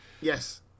Yes